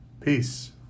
Peace